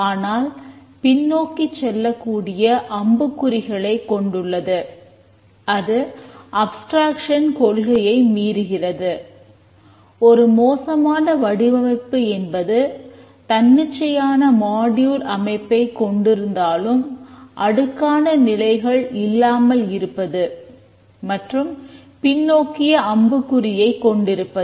ஆனால் பின்னோக்கி செல்லக்கூடிய அம்புக் குறிகளை கொண்டுள்ளது அது அப்ஸ்டிரேக்சன் அமைப்பைக் கொண்டிருந்தாலும் அடுக்கான நிலைகள் இல்லாமல் இருப்பது மற்றும் பின்னோக்கிய அம்புக்குறியை கொண்டிருப்பது